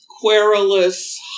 querulous